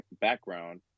background